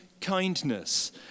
kindness